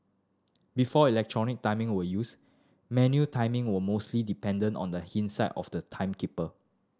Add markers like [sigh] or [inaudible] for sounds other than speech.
before electronic timing were used manual timing were mostly dependent on the [unintelligible] of the timekeeper